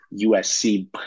USC